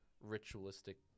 ritualistic